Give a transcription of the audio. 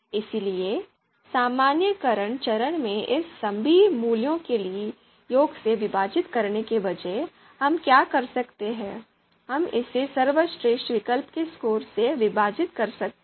इसलिए सामान्यीकरण चरण में इसे सभी मूल्यों के योग से विभाजित करने के बजाय हम क्या कर सकते हैं हम इसे सर्वश्रेष्ठ विकल्प के स्कोर से विभाजित कर सकते हैं